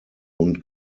und